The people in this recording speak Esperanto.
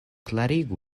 klarigi